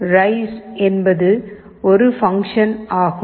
rice என்பது ஒரு function ஆகும்